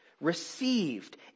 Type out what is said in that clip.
received